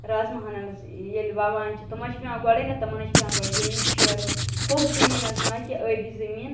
رازمہ ہن ہن حظ ییٚلہِ وۄوان چھِ تِم حظ چھِ پیٚوان گۄڈٔے نَہ تِمن حظ چھِ پیٚوان گۄڈٕ زمیٖن شیرُن ہوٚکھ زٔمیٖن حظ نَہ کہِ أبی زمیٖن